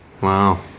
Wow